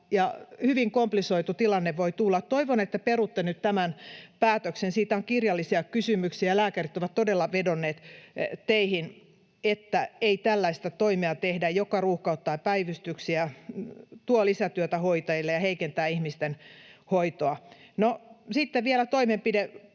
hyvin komplisoitu tilanne voi tulla. Toivon, että perutte nyt tämän päätöksen. Siitä on kirjallisia kysymyksiä, ja lääkärit ovat todella vedonneet teihin, että ei tehdä tällaista toimea, joka ruuhkauttaa päivystyksiä, tuo lisätyötä hoitajille ja heikentää ihmisten hoitoa. No, sitten vielä toimenpide.